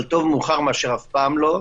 אבל טוב מאוחר מאשר לעולם לא.